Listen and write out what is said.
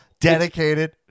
dedicated